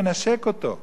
מנשק אותו,